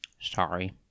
Sorry